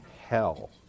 hell